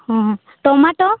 ହଁ ଟମାଟୋ